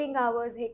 hours